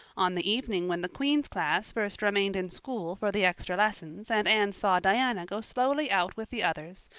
on the evening when the queen's class first remained in school for the extra lessons and anne saw diana go slowly out with the others,